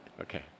Okay